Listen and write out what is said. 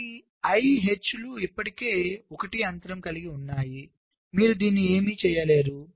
కాబట్టి IH లు ఇప్పటికే 1 అంతరం కలిగి ఉన్నాయి మీరు దీన్ని చేయలేరు